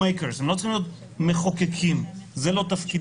הם לא צריכים להיות מחוקקים, זה לא תפקידם.